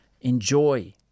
enjoy